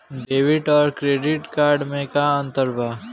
Debit आउर credit card मे का अंतर बा?